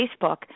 Facebook